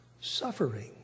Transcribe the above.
Suffering